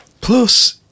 Plus